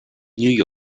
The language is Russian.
нью